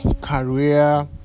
career